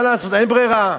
מה לעשות, אין ברירה.